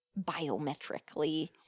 biometrically